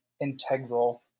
integral